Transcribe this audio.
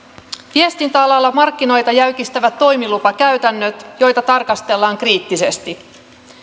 viestintäalalla markkinoita jäykistävät toimilupakäytännöt joita tarkastellaan kriittisesti